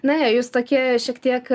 na jūs tokie šiek tiek